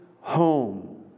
home